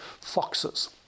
foxes